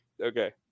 Okay